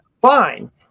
fine